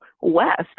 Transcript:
west